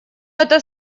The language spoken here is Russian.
это